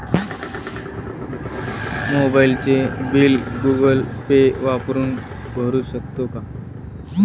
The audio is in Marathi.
मोबाइलचे बिल गूगल पे वापरून भरू शकतो का?